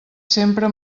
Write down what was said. sempre